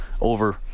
over